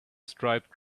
striped